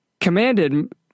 commanded